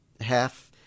half